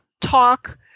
talk